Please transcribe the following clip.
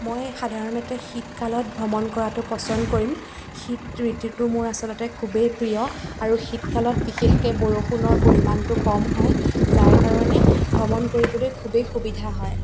মই সাধাৰণতে শীতকালত ভ্ৰমণ কৰাটো পছন্দ কৰিম শীত ঋতুটো মোৰ আচলতে মোৰ খুবেই প্ৰিয় আৰু শীতকালত বিশেষকৈ বৰষুণৰ পৰিমাণটো কম হয় যাৰ কাৰণে ভ্ৰমণ কৰিবলৈ খুবেই সুবিধা হয়